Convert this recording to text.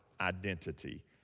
identity